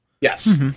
Yes